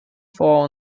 vor